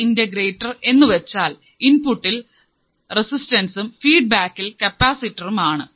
ഒരു ഇന്റഗ്രേറ്റർ എന്നുവച്ചാൽ ഇൻപുട്ടിൽ റെസിസ്റ്റൻസും ഫീഡ്ബാക്കിൽ കപ്പാസിറ്ററും ആണ്